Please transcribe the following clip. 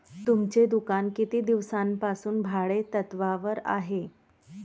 तुमचे दुकान किती दिवसांपासून भाडेतत्त्वावर आहे?